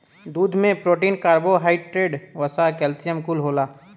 दूध में protein, carbohydrate, वसा, कैल्सियम कुल होला